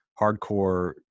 hardcore